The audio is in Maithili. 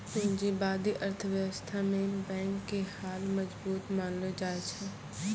पूंजीबादी अर्थव्यवस्था मे बैंक के हाल मजबूत मानलो जाय छै